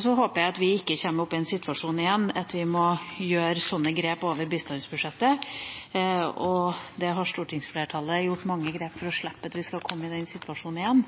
Så håper jeg at vi ikke kommer opp i en situasjon igjen der vi må gjøre slike grep over bistandsbudsjettet. Stortingsflertallet har gjort mange grep for at vi skal slippe å komme i den situasjonen igjen,